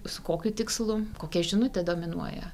su kokiu tikslu kokia žinutė dominuoja